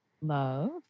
love